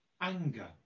Anger